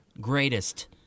Greatest